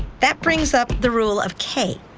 that brings up the rule of k.